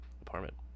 apartment